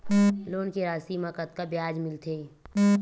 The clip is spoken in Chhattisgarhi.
लोन के राशि मा कतका ब्याज मिलथे?